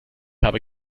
habe